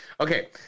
Okay